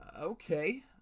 Okay